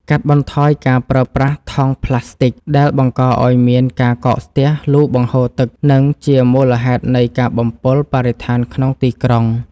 កាត់បន្ថយការប្រើប្រាស់ថង់ផ្លាស្ទិកដែលបង្កឱ្យមានការកកស្ទះលូបង្ហូរទឹក និង ជាមូលហេតុនៃការបំពុលបរិស្ថានក្នុងទីក្រុង។